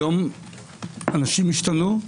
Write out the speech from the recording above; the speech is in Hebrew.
היום אנשים השתנו,